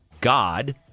God